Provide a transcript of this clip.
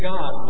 God